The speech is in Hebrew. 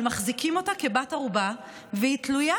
אבל מחזיקים אותה כבת ערובה והיא תלויה